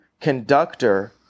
Conductor